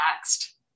next